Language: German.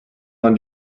man